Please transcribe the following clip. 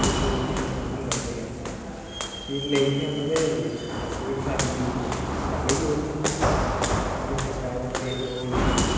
इक दुऐ गी गालां ही कड्ढ रेह् से सीट लेई ही उसने ते साढ़ी आहली साढी बी होई ही उनें शायद ओह् ही